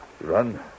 Run